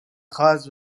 traces